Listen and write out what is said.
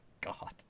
God